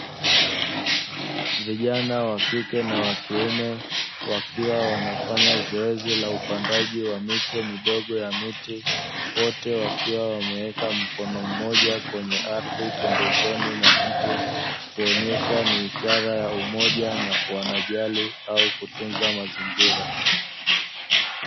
Vijana wa kike na wa kiume wakiwa wanafanya zoezi la upandaji wa miche midogo ya miti, wote wakiwa wameweka mkono mmoja kwenye ardhi pembezoni mwa mti, kuonyesha ni ishara ya umoja na wanajali au kutunza mazingira.